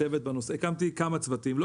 הקמתי כמה צוותים רק